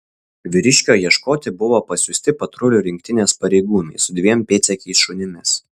vyriškio ieškoti buvo pasiųsti patrulių rinktinės pareigūnai su dviem pėdsekiais šunimis